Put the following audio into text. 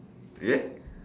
okay